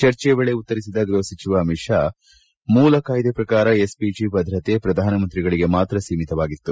ಚರ್ಚೆಯ ವೇಳಿ ಉತ್ತರಿಸಿದ ಗೃಹ ಸಚಿವ ಅಮಿತ್ ಶಾ ಮೂಲ ಕಾಯ್ದೆ ಪ್ರಕಾರ ಎಸ್ಪಿಜಿ ಭದ್ರತೆ ಪ್ರಧಾನಮಂತ್ರಿಗಳಿಗೆ ಮಾತ್ರ ಸೀಮಿತವಾಗಿತ್ತು